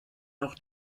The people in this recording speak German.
noch